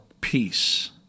peace